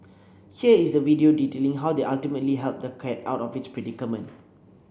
here is the video detailing how they ultimately helped the cat out of its predicament